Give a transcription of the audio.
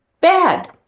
bad